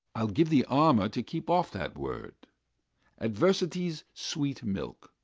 i'll give thee armour to keep off that word adversity's sweet milk,